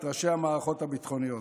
את ראשי המערכות הביטחוניות.